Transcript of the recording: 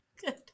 Good